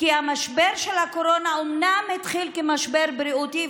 כי משבר הקורונה אומנם התחיל כמשבר בריאותי,